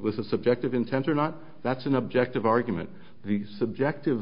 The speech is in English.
with a subjective intense or not that's an objective argument the subjective